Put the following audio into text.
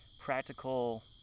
practical